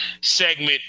segment